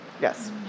Yes